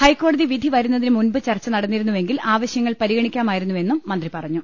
ഹൈക്കോടതി വിധി വരുന്നതിന് മുൻപ് ചർച്ച നടന്നിരുന്നു വെങ്കിൽ ആവശ്യങ്ങൾ പരിഗണിക്കാമായിരുന്നുവെന്നും മന്ത്രി പറഞ്ഞു